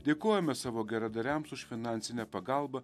dėkojame savo geradariams už finansinę pagalbą